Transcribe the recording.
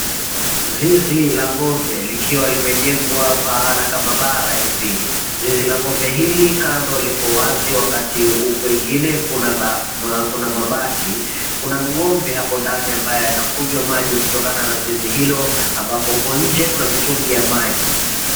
Zizi la ng'ombe likiwa limejengwa pahala kama bara hivi. Zizi la ng'ombe hili kando liko wazi wakati kwingine kuna mabati, kuna ng'ombe hapo ndani ambaye anakunywa maji kutokana na zizi hilo ambapo apo nje kuna mitungi ya maji.